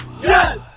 yes